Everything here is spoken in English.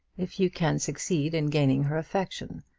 if you can succeed in gaining her affection,